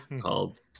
called